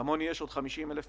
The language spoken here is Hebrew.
כמוני יש עוד 50,000 משפחות.